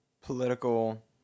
political